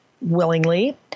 willingly